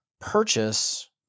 purchase